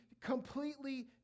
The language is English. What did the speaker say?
completely